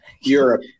Europe